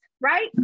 right